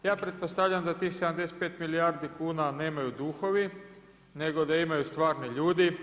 Ja pretpostavljam da tih 75 milijardi kuna nemaju duhovi nego da imaju stvarni ljudi.